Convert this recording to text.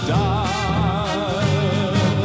die